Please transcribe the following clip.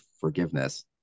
forgiveness